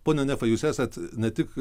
pone nefai jūs esat ne tik